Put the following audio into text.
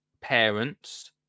parents